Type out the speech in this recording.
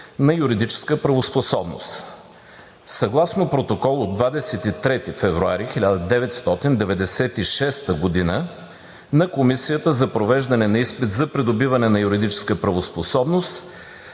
на юридическа правоспособност. Съгласно протокол от 23 февруари 1996 г. на комисията за провеждане на изпит за придобиване на юридическа правоспособност